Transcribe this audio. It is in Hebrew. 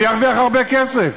אני ארוויח הרבה כסף.